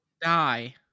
Die